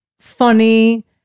Funny